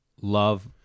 love